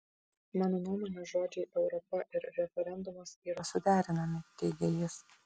mano nuomone žodžiai europa ir referendumas yra suderinami teigė jis